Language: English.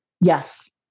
Yes